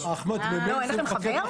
אין לנו.